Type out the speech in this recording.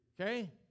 Okay